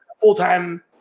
full-time